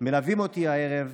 מלווים אותי הערב,